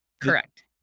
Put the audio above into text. Correct